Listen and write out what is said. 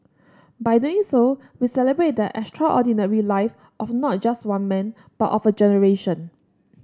by doing so we celebrate the extraordinary life of not just one man but of a generation